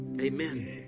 Amen